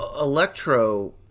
Electro